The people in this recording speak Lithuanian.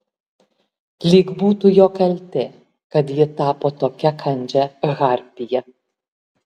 lyg būtų jo kaltė kad ji tapo tokia kandžia harpija